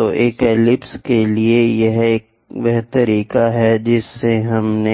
तो एक एलिप्स के लिए यह वह तरीका है जिससे हमने